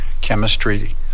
chemistry